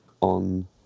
on